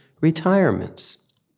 retirements